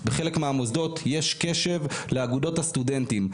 בחלק מהמוסדות יש קשב לאגודות הסטודנטים,